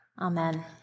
Amen